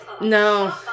No